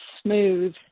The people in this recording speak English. smooth